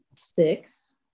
six